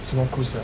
什么 cruise sia